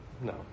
No